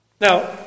Now